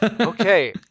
okay